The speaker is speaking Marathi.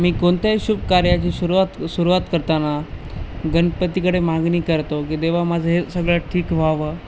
मी कोणत्याही शुभकार्याची सुरुवात सुरुवात करताना गणपतीकडे मागणी करतो की देवा माझं हे सगळं ठीक व्हावं